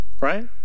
Right